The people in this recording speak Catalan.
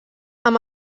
amb